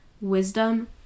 wisdom